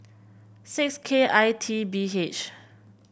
six K I T B H